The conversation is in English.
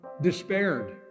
despaired